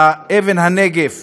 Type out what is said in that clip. אבן הנגף